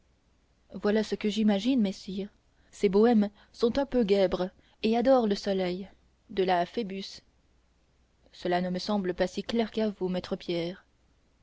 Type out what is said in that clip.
voilà ce que j'imagine messire ces bohèmes sont un peu guèbres et adorent le soleil de là phoebus cela ne me semble pas si clair qu'à vous maître pierre